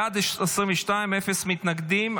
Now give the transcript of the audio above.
בעד, 22, אפס מתנגדים.